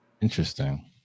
Interesting